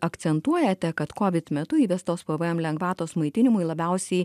akcentuojate kad kovid metu įvestos pvm lengvatos maitinimui labiausiai